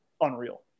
unreal